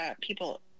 people